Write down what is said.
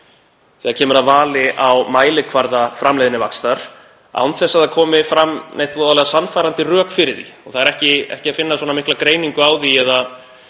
þegar kemur að vali á mælikvarða framleiðnivaxtar án þess að fram komi neitt voðalega sannfærandi rök fyrir því. Það er ekki að finna mikla greiningu á því eða